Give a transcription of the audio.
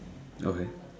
okay